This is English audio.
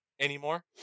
anymore